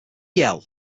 yell